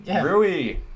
Rui